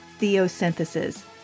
Theosynthesis